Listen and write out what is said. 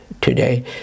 today